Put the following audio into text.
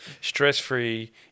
stress-free